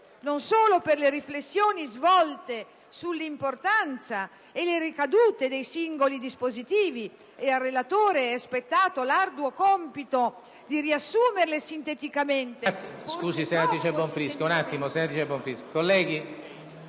non solo per le riflessioni sull'importanza e sulle ricadute dei singoli dispositivi svolte dal relatore, che ha avuto l'arduo compito di riassumere sinteticamente...